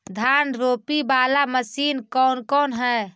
धान रोपी बाला मशिन कौन कौन है?